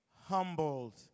humbled